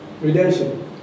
redemption